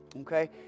okay